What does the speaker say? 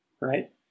right